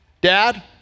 Dad